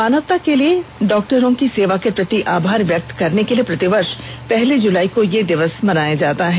मानवता के लिए डॉक्टरों की सेवा के प्रति आभार व्यक्त करने के लिए प्रति वर्ष पहली जुलाई को यह दिवस मनाया जाता है